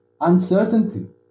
uncertainty